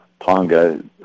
ponga